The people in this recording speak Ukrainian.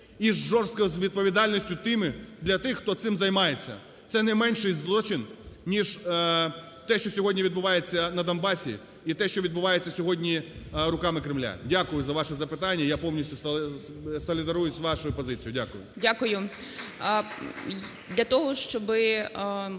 і з жорсткою відповідальністю для тих, хто цим займається. Це не менший злочин ніж те, що сьогодні відбувається на Донбасі, і те, що відбувається сьогодні руками Кремля. Дякую за ваше запитання. Я повністюсолідаруюсь з вашою позицією. Дякую.